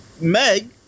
Meg